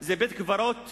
הוא בית-קברות